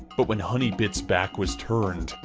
but when honeybits' back was turned,